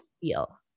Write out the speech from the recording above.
feel